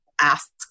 ask